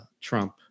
Trump